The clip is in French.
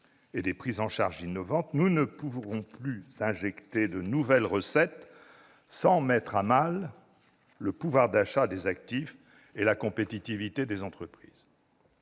et des prises en charge innovantes, nous ne pourrons plus injecter de nouvelles recettes sans mettre à mal le pouvoir d'achat des actifs et la compétitivité des entreprises.